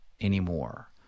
anymore